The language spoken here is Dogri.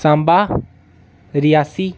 साम्बा रियासी